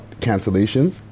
cancellations